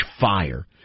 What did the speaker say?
fire